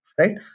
right